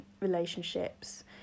relationships